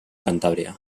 cantàbria